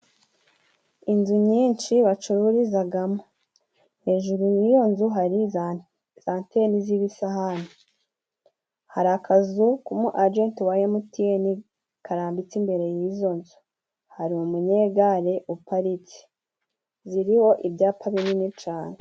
Inzu nyinshi bacururizagamo. Hejuru y'iyo nzu hari za za antene z'ibisahani. Hari akazu ku mu ajenti wa Emutiyeni karambitse, imbere y'izo nzu hari umunyegare uparitse. Ziriho ibyapa binini cane.